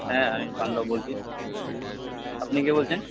হ্যাঁ আমি পাণ্ডব বলছি আপনি কে বলছেন